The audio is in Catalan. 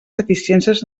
deficiències